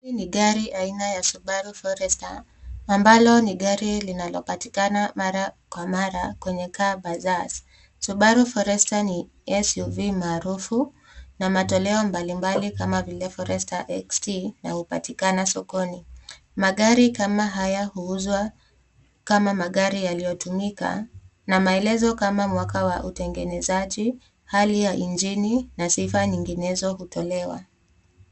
Hii ni gari aina ya Subaru Forester ambalo ni gari linalopatikana mara kwa mara kwenye car bazaars . Subaru forester ni SUV maarufu na matoleo mbalimbali kama vile Forester XT inayopatikana sokoni. Magari kama haya huuzwa kama magari yaliyotumika na maelezo kama mwaka wa utengenezaji, hali ya injini na sifa nyinginezo hutolewa.